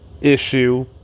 issue